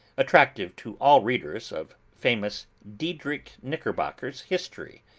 attractive to all readers of famous diedrich knickerbocker's history.